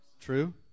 True